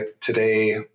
today